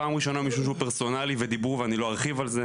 פעם ראשונה משום שהוא פרסונלי ודיברו ואני לא ארחיב על זה.